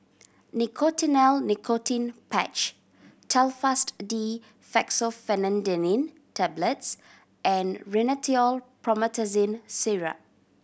Nicotinell Nicotine Patch Telfast D Fexofenadine Tablets and Rhinathiol Promethazine Syrup